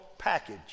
package